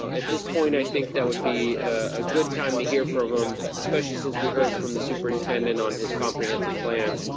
so at this point, i think that would be a good time to hear from him, especially since we heard from the superintendent on his comprehensive plan.